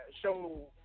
show